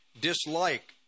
dislike